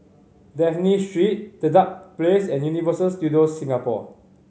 Dafne Street Dedap Place and Universal Studios Singapore